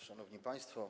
Szanowni Państwo!